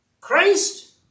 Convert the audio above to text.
Christ